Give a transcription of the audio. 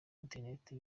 interinete